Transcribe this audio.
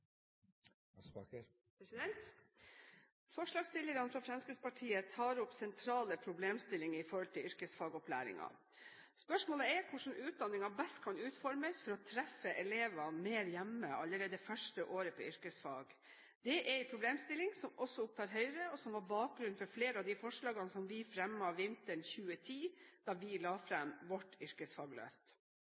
best kan utformes for å treffe elevene mer hjemme allerede det første året på yrkesfag. Det er en problemstilling som også opptar Høyre, og som var bakgrunnen for flere av de forslagene som vi fremmet vinteren 2010, da vi la fram vårt